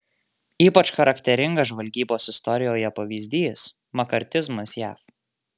ypač charakteringas žvalgybos istorijoje pavyzdys makartizmas jav